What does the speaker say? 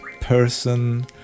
person